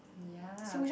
ya